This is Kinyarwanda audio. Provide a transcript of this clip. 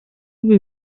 ibi